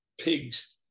pigs